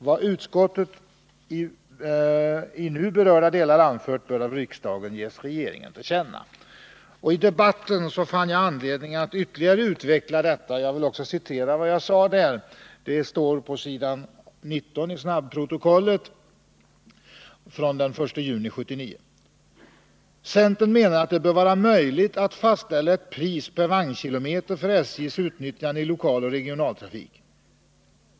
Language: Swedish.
Vad utskottet i nu berörda delar anfört bör av riksdagen ges regeringen till känna.” I debatten fann jag anledning att ytterligare utveckla detta, och jag vill citera vad jag då sade. Det står på s. 19 i snabbprotokollet från den 1 juni 1979. ”Centern menar att det bör vara möjligt att fastställa ett pris per vagnkilometer för SJ:s utnyttjande i lokaloch regionaltrafik.